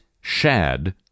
Shad